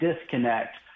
disconnect